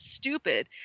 stupid